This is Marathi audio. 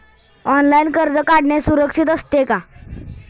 ऑनलाइन कर्ज काढणे सुरक्षित असते का?